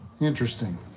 Interesting